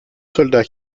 soldats